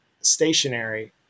stationary